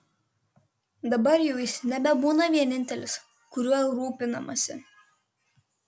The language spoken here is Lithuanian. dabar jau jis nebebūna vienintelis kuriuo rūpinamasi